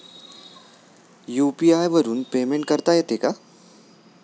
UPI वरून payment करता येते का?